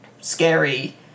scary